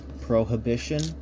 Prohibition